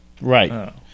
Right